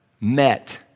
met